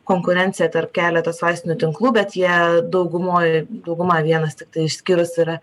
konkurenciją tarp keletos vaistinių tinklų bet jie daugumoj dauguma vienas tiktai išskyrus yra